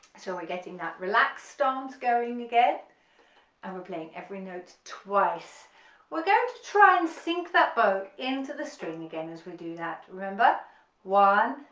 so we're getting that relaxed stance going again and we're playing every note twice we're going to try and sink that bow into the string again as we do that remember one,